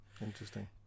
interesting